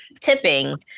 tipping